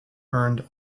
earned